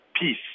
peace